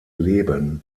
leben